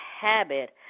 habit